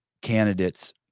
candidates